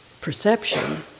perception